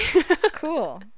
cool